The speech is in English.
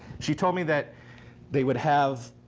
she told me that they would have